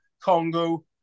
Congo